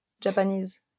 Japanese